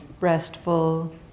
restful